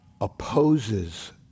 opposes